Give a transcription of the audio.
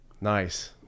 Nice